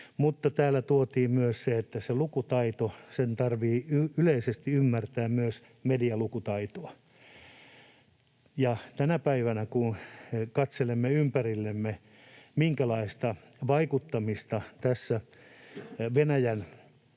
mutta täällä tuotiin myös se, että se lukutaito täytyy yleisesti ymmärtää myös medialukutaitona. Tänä päivänä kun katselemme ympärillemme, minkälaista vaikuttamista Venäjän